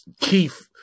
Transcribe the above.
Keith